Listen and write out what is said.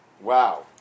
Wow